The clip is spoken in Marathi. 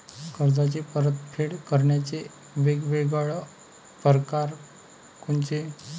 कर्जाची परतफेड करण्याचे वेगवेगळ परकार कोनचे?